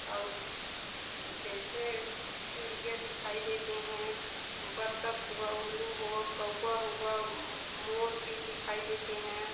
और जैसे चिड़िया दिखाई देती हैं बत्तख़ हुआ उल्लू हुआ कव्वा हुआ मोर भी दिखाई देते हैं